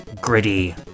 gritty